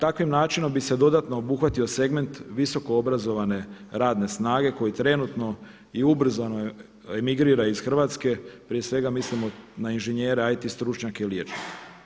Takvim načinom bi se dodatno obuhvatio segment visokoobrazovane radne snage koji trenutno i ubrzano emigrira iz Hrvatske, prije svega mislimo na inženjere, IT stručnjake i liječnike.